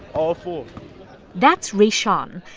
all four that's rashawn.